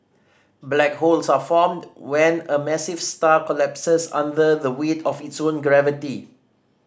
black holes are formed when a massive star collapses under the weight of its own gravity